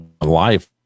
life